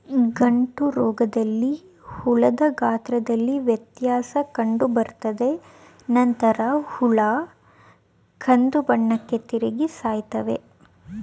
ಗಂಟುರೋಗದಲ್ಲಿ ಹುಳದ ಗಾತ್ರದಲ್ಲಿ ವ್ಯತ್ಯಾಸ ಕಂಡುಬರ್ತದೆ ನಂತರ ಹುಳ ಕಂದುಬಣ್ಣಕ್ಕೆ ತಿರುಗಿ ಸಾಯ್ತವೆ